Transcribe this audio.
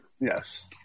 Yes